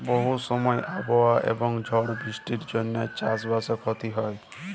বহু সময় আবহাওয়া এবং ঝড় বৃষ্টির জনহে চাস বাসে ক্ষতি হয়